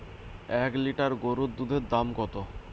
এক লিটার গোরুর দুধের দাম কত?